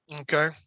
Okay